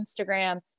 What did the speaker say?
Instagram